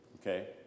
okay